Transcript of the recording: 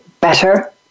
better